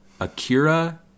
Akira